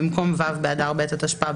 במקום ו' באדר ב' התשפ"ב,